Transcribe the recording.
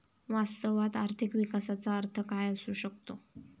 वास्तवात आर्थिक विकासाचा अर्थ काय असू शकतो?